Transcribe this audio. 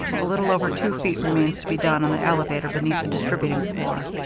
a little over two feet remains to be done on the elevator beneath the distributing floor.